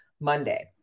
Monday